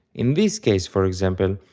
in this case for example,